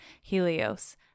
Helios